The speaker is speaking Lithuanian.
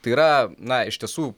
tai yra na iš tiesų